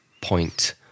point